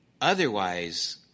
Otherwise